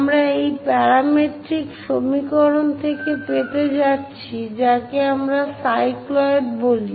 আমরা এই প্যারামেট্রিক সমীকরণ থেকে পেতে যাচ্ছি যাকে আমরা সাইক্লয়েড বলি